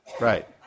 Right